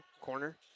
corner